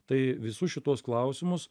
tai visus šituos klausimus